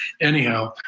anyhow